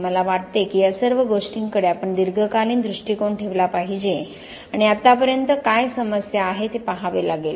मला वाटते की या सर्व गोष्टींकडे आपण दीर्घकालीन दृष्टिकोन ठेवला पाहिजे आणि आतापर्यंत काय समस्या आहे ते पहावे लागेल